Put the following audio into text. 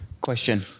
Question